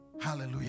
Hallelujah